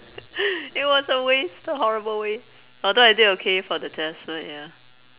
it was a waste a horrible waste although I did okay for the test but ya